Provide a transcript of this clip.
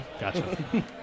Gotcha